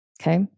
Okay